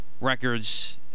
records